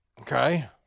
Okay